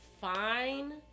fine